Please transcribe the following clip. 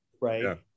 right